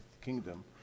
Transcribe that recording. Kingdom